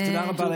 תודה רבה.